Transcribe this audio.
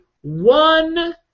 one